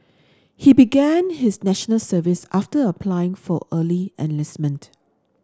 he began his National Service after applying for early enlistment